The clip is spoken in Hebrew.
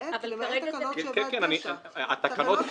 למעט --- התקנות קיימות.